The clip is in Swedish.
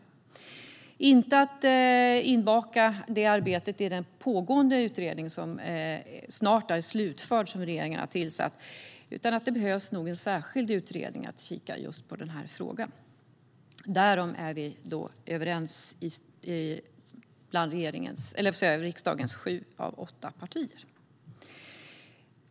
Det handlar inte om att baka in ett sådant arbete i den pågående utredningen som regeringen har tillsatt och som snart är klar, utan det behövs nog att en särskild utredning tittar på frågan. Om detta är sju av riksdagens åtta partier överens. Herr talman!